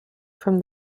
from